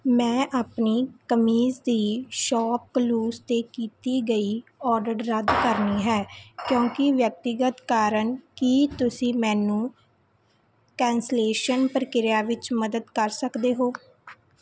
ਮੈਂ ਆਪਣੀ ਕਮੀਜ਼ ਦੀ ਸ਼ਾਪ ਕਲੂਜ਼ 'ਤੇ ਕੀਤੀ ਗਈ ਆਰਡਰ ਰੱਦ ਕਰਨੀ ਹੈ ਕਿਉਂਕਿ ਵਿਅਕਤੀਗਤ ਕਾਰਨ ਕੀ ਤੁਸੀਂ ਮੈਨੂੰ ਕੈਂਸਲੇਸ਼ਨ ਪ੍ਰਕਿਰਿਆ ਵਿੱਚ ਮਦਦ ਕਰ ਸਕਦੇ ਹੋ